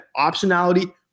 optionality